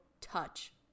touch